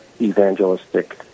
evangelistic